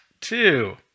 two